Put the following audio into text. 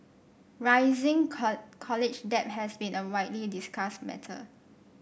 rising college debt has been a widely discussed matter